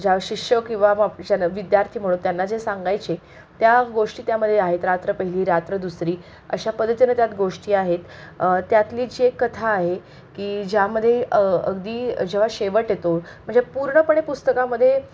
ज्या शिष्य किंवा मग ज्यांना विद्यार्थी म्हणू त्यांना जे सांगायचे त्या गोष्टी त्यामध्ये आहेत रात्र पहिली रात्र दुसरी अशा पद्धतीनं त्यात गोष्टी आहेत त्यातली जी एक कथा आहे की ज्यामध्ये अगदी जेव्हा शेवट येतो म्हणजे पूर्णपणे पुस्तकामध्ये